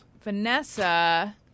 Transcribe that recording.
Vanessa